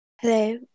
Hello